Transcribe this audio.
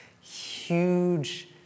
huge